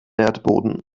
erdboden